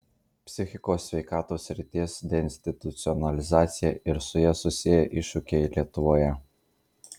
psichikos sveikatos srities deinstitucionalizacija ir su ja susiję iššūkiai lietuvoje